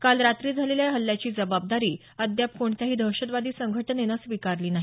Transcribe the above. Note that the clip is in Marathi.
काल रात्री झालेल्या या हल्ल्याची जबाबदारी अद्याप कोणत्याही दहशतवादी संघटनेनं स्वीकारलेली नाही